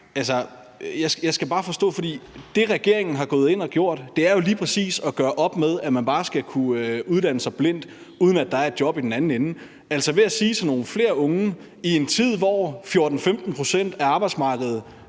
svar. Jeg skal bare forstå noget. Det, regeringen er gået ind og har gjort, er jo lige præcis at gøre op med, at man bare skal kunne uddanne sig blindt, uden at der er et job i den anden ende. I en tid, hvor 14-15 pct. af dem på arbejdsmarkedet